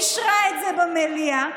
אישרה את זה במליאה,